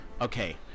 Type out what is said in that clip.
Okay